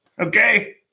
Okay